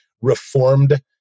reformed